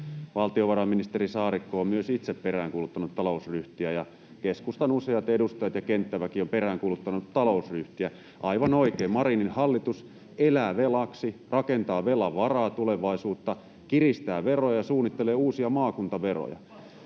Valtiovarainministeri Saarikko on myös itse peräänkuuluttanut talousryhtiä, ja keskustan useat edustajat ja kenttäväki ovat peräänkuuluttaneet talousryhtiä. Aivan oikein, Marinin hallitus elää velaksi, rakentaa tulevaisuutta velan varaan, kiristää veroja, suunnittelee uusia maakuntaveroja.